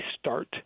start